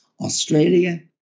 Australia